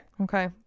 Okay